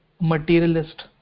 materialist